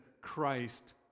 Christ